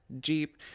Jeep